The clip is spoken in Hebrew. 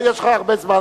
יש לך הרבה זמן.